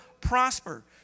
prosper